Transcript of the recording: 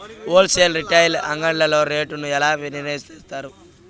Whole sale retail అంగడ్లలో rate ను ఎలా నిర్ణయిస్తారు యిస్తారు?